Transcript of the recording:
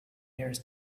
ears